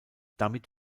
damit